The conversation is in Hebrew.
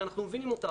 שאנחנו מבינים אותה,